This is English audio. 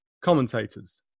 commentators